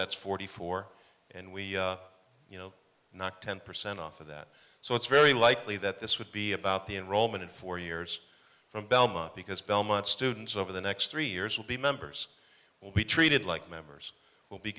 that's forty four and we you know not ten percent off of that so it's very likely that this would be about the enrollment in four years from belmont because belmont students over the next three years will be members will be treated like members will be